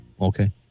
Okay